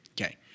Okay